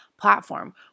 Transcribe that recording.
platform